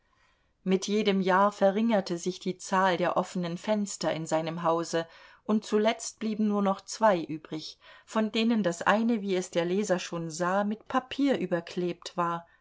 mit jedem jahr verringerte sich die zahl der offenen fenster in seinem hause und zuletzt blieben nur noch zwei übrig von denen das eine wie es der leser schon sah mit papier überklebt war